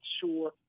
sure